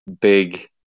big